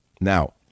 Now